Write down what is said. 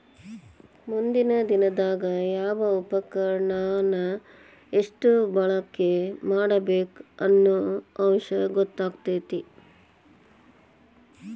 ಮುಂದಿನ ದಿನದಾಗ ಯಾವ ಉಪಕರಣಾನ ಎಷ್ಟ ಬಳಕೆ ಮಾಡಬೇಕ ಅನ್ನು ಅಂಶ ಗೊತ್ತಕ್ಕತಿ